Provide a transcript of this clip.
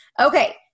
Okay